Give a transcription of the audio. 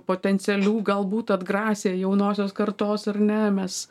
potencialių galbūt atgrasė jaunosios kartos ar ne mes